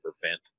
prevent